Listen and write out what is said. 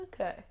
okay